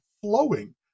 flowing